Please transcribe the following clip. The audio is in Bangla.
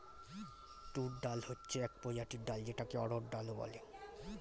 তুর ডাল হচ্ছে এক প্রজাতির ডাল যেটাকে অড়হর ডাল ও বলে